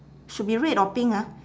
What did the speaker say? should be red or pink ah